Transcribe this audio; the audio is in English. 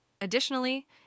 Additionally